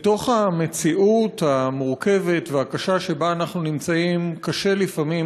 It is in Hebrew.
במציאות המורכבת והקשה שבה אנחנו נמצאים קשה לפעמים,